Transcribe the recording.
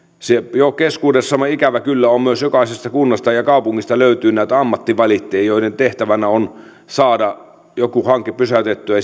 keskuudessamme ikävä kyllä myös jokaisesta kunnasta ja kaupungista löytyy näitä ammattivalittajia joiden tehtävänä on saada joku hanke pysäytettyä